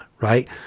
right